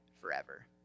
forever